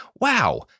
Wow